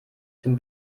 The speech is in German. dem